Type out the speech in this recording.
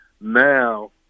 Now